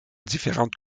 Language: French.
différentes